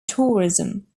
tourism